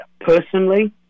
personally